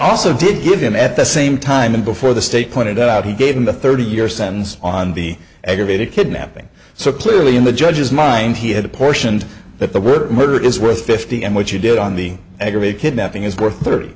also did give him at the same time and before the state pointed out he gave him the thirty year sentence on the aggravated kidnapping so clearly in the judge's mind he had apportioned that the word murder is worth fifty m what you did on the aggravated kidnapping is worth thirty